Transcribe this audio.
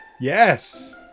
Yes